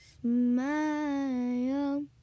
smile